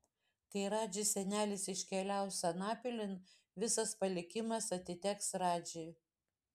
kai radži senelis iškeliaus anapilin visas palikimas atiteks radži